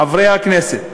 חברי הכנסת,